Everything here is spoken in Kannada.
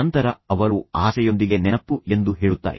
ನಂತರ ಅವರು ಆಸೆಯೊಂದಿಗೆ ನೆನಪು ಎಂದು ಹೇಳುತ್ತಾರೆ